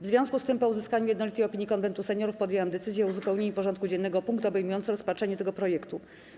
W związku z tym, po uzyskaniu jednolitej opinii Konwentu Seniorów, podjęłam decyzję o uzupełnieniu porządku dziennego o punkt obejmujący rozpatrzenie tego projektu.